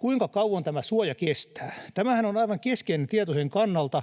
Kuinka kauan tämä suoja kestää? Tämähän on aivan keskeinen tieto sen kannalta,